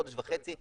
חודש וחצי,